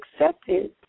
accepted